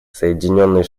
соединенные